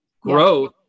Growth